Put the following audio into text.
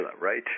right